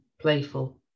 playful